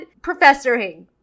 professoring